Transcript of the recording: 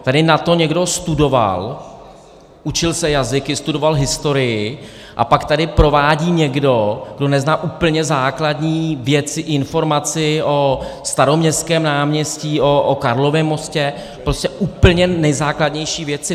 Tady na to někdo studoval, učil se jazyky, studoval historii, a pak tady provádí někdo, kdo nezná úplně základní věci, informace o Staroměstském náměstí, o Karlově mostě, prostě úplně nejzákladnější věci.